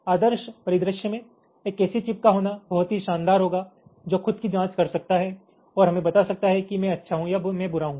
आदर्श परिदृश्य में एक ऐसी चिप का होना बहुत ही शानदार होगा जो खुद की जांच कर सकता है और हमें बता सकता है कि मैं अच्छा हूं या मैं बुरा हूं